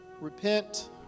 repent